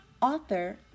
author